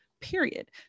period